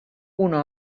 una